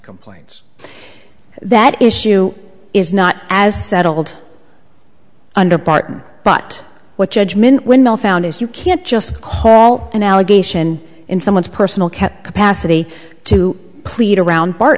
complaints that issue is not as settled under barton but what judgment will found is you can't just call an allegation in someone's personal care capacity to plead